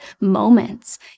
moments